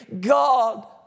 God